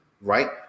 right